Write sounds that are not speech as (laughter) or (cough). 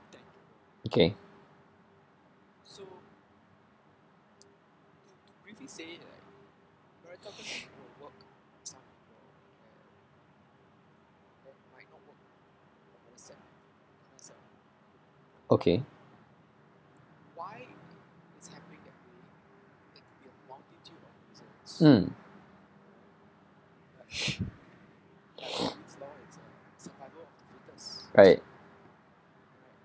okay okay um (breath) right